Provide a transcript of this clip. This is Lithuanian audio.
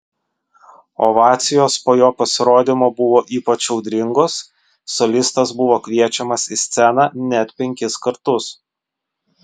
ovacijos po jo pasirodymo buvo ypač audringos solistas buvo kviečiamas į sceną net penkis kartus